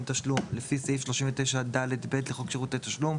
תשלום לפי סעיף 39ד(ב) לחוק שירותי תשלום,